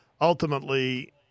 ultimately